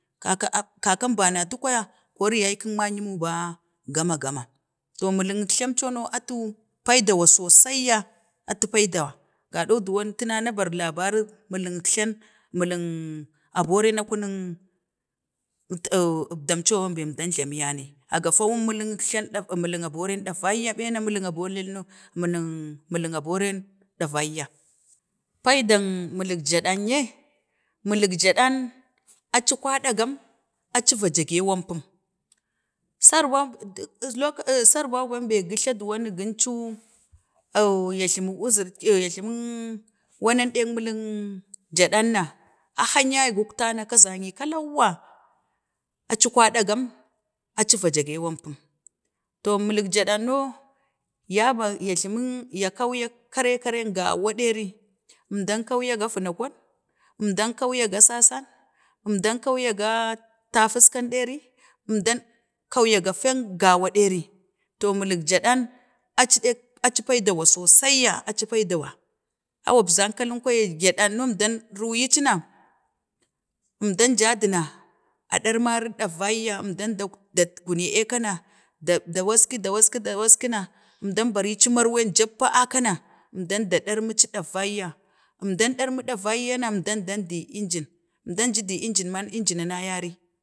kaka, ap, kaka əmbana atu kwaya yaykun mayumu vaa, gama, gama to miling əkjlam co no atu pai dawa sosai ya atu pai dawa ga ɗawa gaɗou duwa tuna nu bara labarik miling əkjlan, miling abo ren, na kunung əbdam co bembe əmdan jlamiya ne, a gafa wun miling əkjlau daikayya miling abore davayya, mina, miling aboren no, miling aboren, davayya paydeng miling gyaɗan yee, miling gyaəang aci kwaɗagam, aci vadage əiwain pum, sarban, iit lokk sarban bee gujta duwonin seneu, ya jlamik uzurik ya jlamik wanan ɗak miling ohm, gyaɗan na, ahang ya yagula na, ka zan nyi kaleu wa, ga dak atu kwaɗa gam, aci vadage əimlan pum, to, miling gyaɗan no, ya bak ya jlamik, kan yak, kareteere gawa ɗawa ɗerii, əmɗan kauya ga vanakau, əmdan kauya ga sasam, əmdan kauya yana tapuskang, ɗeri, əmdan kauya ga keen gawa ɗeeri, to miling gyaɗan aci ɗing, aci ban dawa sosai sai va aci bandawa awun nənza kalin kwaya, gyaəau no əmdan, vo, ruya ci na əmdan ja duna, a ɗarmari davayya əmdan dat guni aka na, da, da waski da waki na, əmdan bari ci marwan jappa, aka na əmɗan, dan da ɗammici davayya, əmɗan, dan da ɗammici davayya, əmdan ɗarmu davayya na, ɗmdan, dandi ii engin, ɗman ji di engimin man, engin a nayarii